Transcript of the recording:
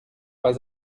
pas